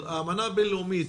אבל האמנה הבינלאומית,